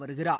வருகிறார்